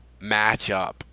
matchup